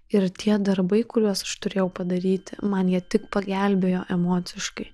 ir tie darbai kuriuos aš turėjau padaryti man jie tik pagelbėjo emociškai